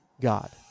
God